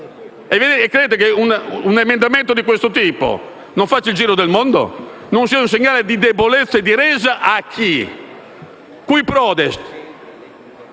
Credete che un emendamento di questo tipo non faccia il giro del mondo, che non sia un segnale di debolezza e di resa? A chi? *Cui prodest*?